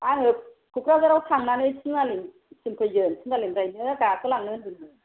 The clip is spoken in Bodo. आङो क'क्राझाराव थांनानै तिनालिसिम फैगोन तिनालिनिफ्रायनो गाखो लांनो होनदोंमोन